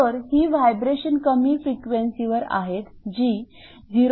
तर ही व्हायब्रेशन कमी फ्रिक्वेन्सीवर आहेत जी 0